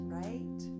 right